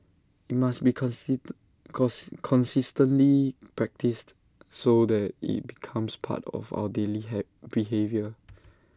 IT must be consistently practised so that IT becomes part of our daily behaviour